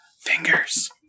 Fingers